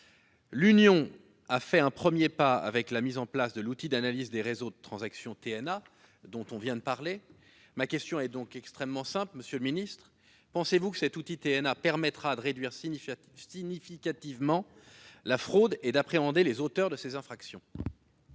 L'Union a fait un premier pas avec la mise en place de l'outil d'analyse des réseaux de transactions, ou TNA, que l'on vient d'évoquer. Ma question est donc simple : monsieur le ministre, pensez-vous que cet outil permettra de réduire significativement la fraude et d'appréhender les auteurs de ces infractions ?